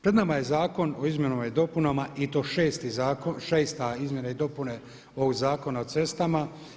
Pred nama je zakon o izmjenama i dopunama i to šesta izmjena i dopuna ovog Zakona o cestama.